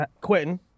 Quitting